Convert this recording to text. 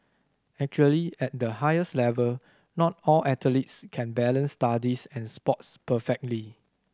actually at the highest level not all athletes can balance studies and sports perfectly